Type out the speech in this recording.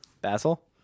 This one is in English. Basil